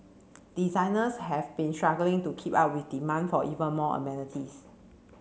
designers have been struggling to keep up with demand for even more amenities